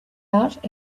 out